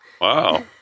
Wow